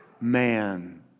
Man